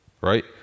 right